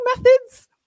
methods